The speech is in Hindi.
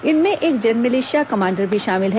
इनमें एक मिलिशिया कमांडर भी शामिल है